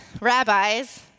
rabbis